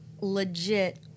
legit